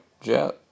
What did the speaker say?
jet